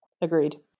agreed